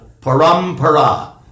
parampara